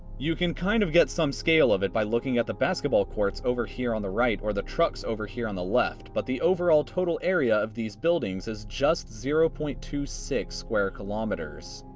you can kind of get some scale of it by looking at the basketball courts over here on the right, or the trucks over here on the left. but the overall total area of these buildings is just zero point two six square kilometers.